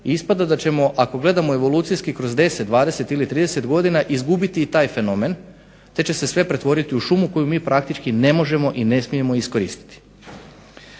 ispada da ćemo ako gledamo evolucijski kroz 10, 20, 30 godina izgubiti taj fenomen te će se sve pretvoriti u šumu koju mi praktički ne možemo i ne smijemo iskoristiti.